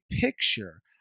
picture